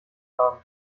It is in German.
haben